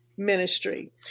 ministry